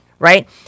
Right